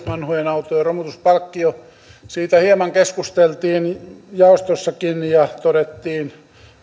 vanhojen autojen romutuspalkkio siitä hieman keskusteltiin jaostossakin ja todettiin